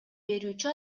берүүчү